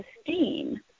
esteem